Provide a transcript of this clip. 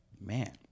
Man